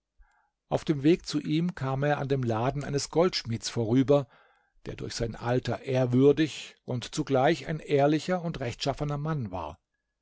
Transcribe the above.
auf dem weg zu ihm kam er an dem laden eines goldschmieds vorüber der durch sein alter ehrwürdig und zugleich ein ehrlicher und rechtschaffener mann war